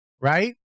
right